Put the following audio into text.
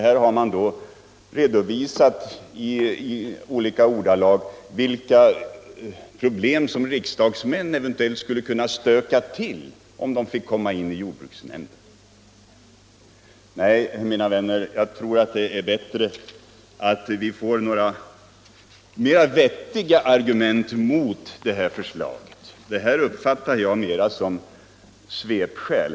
Man har i olika ordalag redovisat vilka problem som riksdagsmän eventuellt skulle kunna stöka till om de fick komma in i jordbruksnämnden. Vettigare argument mot förslaget måste ni prestera. Det här uppfattar jag mer som svepskäl.